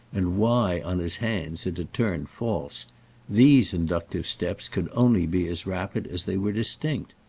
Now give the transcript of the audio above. and why, on his hands, it had turned false these inductive steps could only be as rapid as they were distinct.